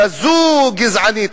כזאת גזענית,